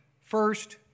first